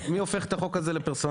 מי הופך את החוק הזה לפרסונלי,